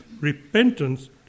repentance